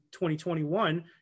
2021